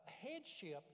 Headship